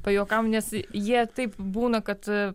pajuokavom nes jie taip būna kad